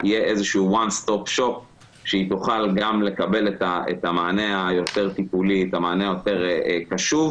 תהיה איזושהי תחנה שהיא תוכל גם לקבל את המענה היותר טיפולי ויותר קשוב,